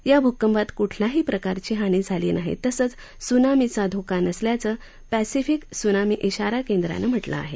या भूंकपात कुठल्याही प्रकारची हानी झाली नाही तसंच सुनामीचा धोका नसल्याचं पॅसिफीक सुनामी ईशारा केंद्रानं म्हटलं आहे